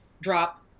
drop